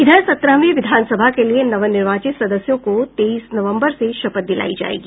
इधर सत्रहवीं विधानसभा के लिए नवनिर्वाचित सदस्यों को तेईस नवम्बर से शपथ दिलायी जायेगी